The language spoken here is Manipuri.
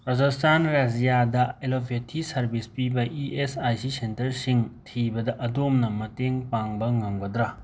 ꯔꯥꯖꯁꯊꯥꯟ ꯔꯖ꯭ꯌꯥꯗ ꯑꯦꯜꯂꯣꯄꯦꯊꯤ ꯁꯔꯕꯤꯁ ꯄꯤꯕ ꯏ ꯑꯦꯁ ꯑꯥꯏ ꯁꯤ ꯁꯦꯟꯇꯔꯁꯤꯡ ꯊꯤꯕꯗ ꯑꯗꯣꯝꯅ ꯃꯇꯦꯡ ꯄꯥꯡꯕ ꯉꯝꯒꯗꯔ